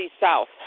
South